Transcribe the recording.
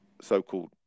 so-called